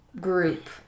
group